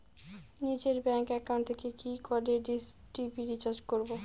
নিজের bank account থেকে কি করে ডিশ টি.ভি রিচার্জ করবো?